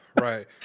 right